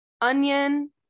onion